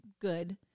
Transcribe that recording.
good